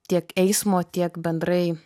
tiek eismo tiek bendrai